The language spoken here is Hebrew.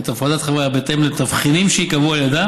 את הפרדת החברה בהתאם לתבחינים שייקבעו על ידה